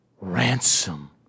ransom